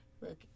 Look